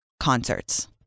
Concerts